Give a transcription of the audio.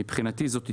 מבחינתי זאת התקדמות.